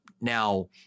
Now